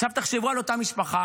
עכשיו תחשבו על אותה משפחה